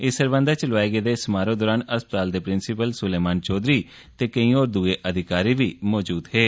इस सरबंधा च लोआए गेदे समारोह दौरान हस्पताल दे प्रिंसिपल सुलेमान चौधरी ते केई होर अधिकारी मौजूद हे